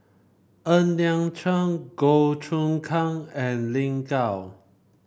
Ng Liang Chiang Goh Choon Kang and Lin Gao